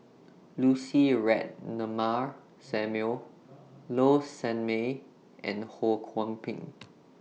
Lucy Ratnammah Samuel Low Sanmay and Ho Kwon Ping